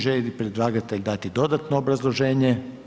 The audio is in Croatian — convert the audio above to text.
Želi li predlagatelj dati dodatno obrazloženje?